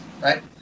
right